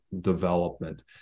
development